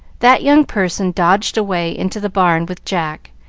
that young person dodged away into the barn with jack,